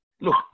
look